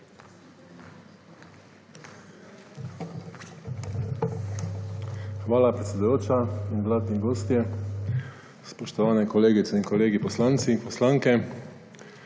Hvala, predsedujoča in vladni gostje. Spoštovani kolegice in kolegi poslanci, poslanke!